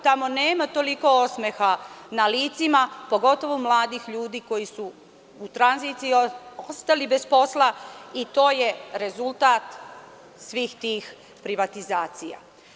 Tamo nema toliko osmeha na licima pogotovu mladih ljudi koji su u tranziciji ostali bez posla i to je rezultat svih tih privatizacija.